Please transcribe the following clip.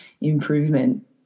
improvement